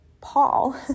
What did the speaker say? Paul